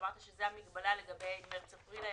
שאמרת שזה המגבלה לגבי מרץ אפריל,